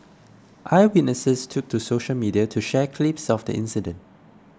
eyewitnesses took to social media to share clips of the incident